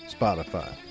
Spotify